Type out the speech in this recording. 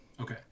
Okay